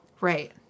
right